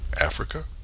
Africa